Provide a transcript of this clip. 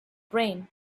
brain